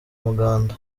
muganda